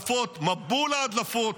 הינה, ההדלפות, מבול ההדלפות,